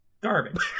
Garbage